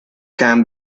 can